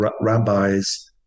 rabbis